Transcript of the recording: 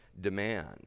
demand